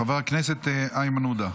חבר הכנסת איימן עודה,